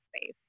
space